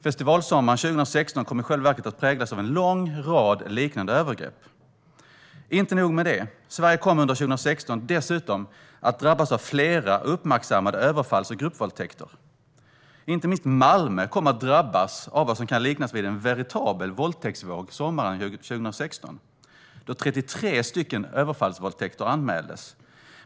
Festivalsommaren 2016 kom i själva verket att präglas av en lång rad liknande övergrepp. Inte nog med det, Sverige kom under 2016 dessutom att drabbas av flera uppmärksammade överfalls och gruppvåldtäkter. Inte minst Malmö kom att drabbas av vad som kan liknas vid en veritabel våldtäktsvåg sommaren 2016 då 33 överfallsvåldtäkter anmäldes.